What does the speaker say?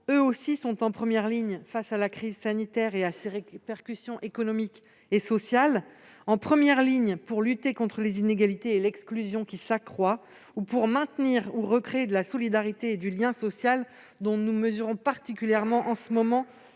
Eux aussi sont en première ligne face à la crise sanitaire et à ses répercussions économiques et sociales ; en première ligne pour lutter contre les inégalités et l'exclusion qui s'accroît ou pour maintenir ou recréer de la solidarité et du lien social, dont nous mesurons particulièrement en ce moment